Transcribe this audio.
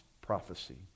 prophecy